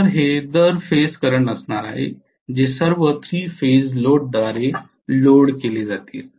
तर हे दर फेज करंट असणार आहे जे सर्व 3 फेज लोडद्वारे लोड केले जाईल